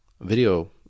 video